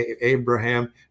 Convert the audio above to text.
Abraham